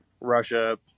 Russia